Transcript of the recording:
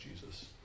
Jesus